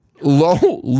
low